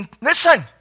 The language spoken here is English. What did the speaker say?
listen